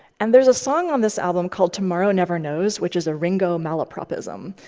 and there's a song on this album called tomorrow never knows, which is a ringo malapropism,